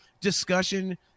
discussion